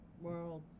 World